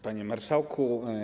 Panie Marszałku!